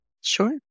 sure